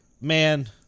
man